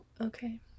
Okay